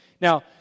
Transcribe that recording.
Now